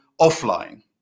offline